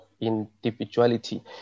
individuality